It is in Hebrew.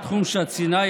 אתה חי עם זה בשלום.